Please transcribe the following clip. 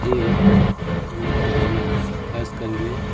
એ મુખ્ય જેમાં ખાસ કરીને